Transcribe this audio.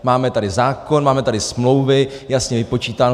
Máme tady zákon, máme tady smlouvy, jasně vypočítáno.